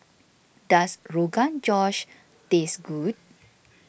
does Rogan Josh taste good